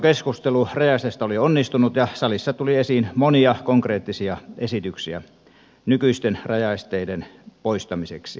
täysistuntokeskustelu rajaesteistä oli onnistunut ja salissa tuli esiin monia konkreettisia esityksiä nykyisten rajaesteiden poistamiseksi